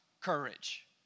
courage